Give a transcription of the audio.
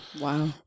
Wow